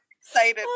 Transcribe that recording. excited